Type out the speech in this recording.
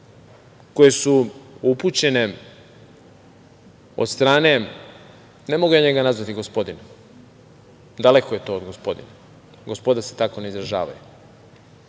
koje su upućene od strane, ne mogu ja njega nazvati gospodinom, daleko je to od gospodina, gospoda se tako ne izražavaju,